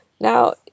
Now